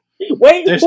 Wait